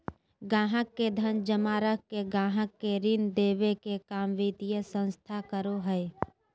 गाहक़ के धन जमा रख के गाहक़ के ऋण देबे के काम वित्तीय संस्थान करो हय